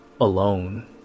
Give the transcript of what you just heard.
alone